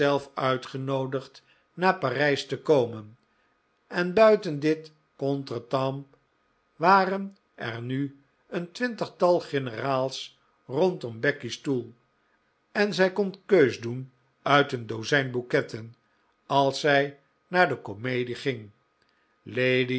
uitgenoodigd naar parijs te komen en buiten dit contretemps waren er nu een twintigtal generaals rondom becky's stoel en zij kon keus doen uit een dozijn bouquetten als zij naar de comedie ging lady